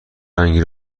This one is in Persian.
رنگی